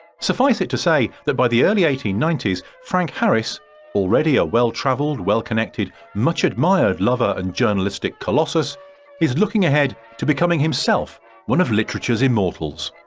suffice it to say by the early eighteen ninety s frank harris already a well-travelled, well connected, much admired lover and journalistic colossus is looking ahead to becoming himself one of literatures immortals.